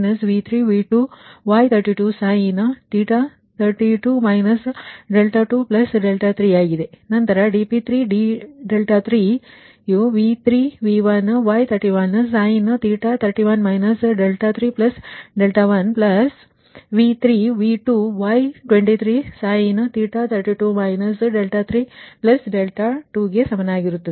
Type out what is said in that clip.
ನಂತರ dp2 d3 ವು V3V2Y32 32 23 ಆಗಿದೆ ನಂತರ dp3d3 V3V1Y31 31 31 ಪ್ಲಸ್ V3V2Y23 32 32ಕ್ಕೆ ಸಮನಾಗಿರುತ್ತದೆ